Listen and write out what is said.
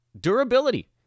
Durability